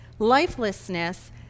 lifelessness